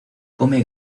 come